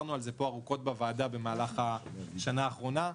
דיברנו על זה ארוכות פה בוועדה במהלך השנה האחרונה.